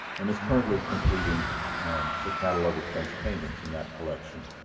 and is currently completing the catalog of french paintings in that collection,